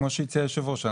כמו שהציע היושב ראש,